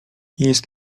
jest